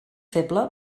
feble